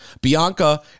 Bianca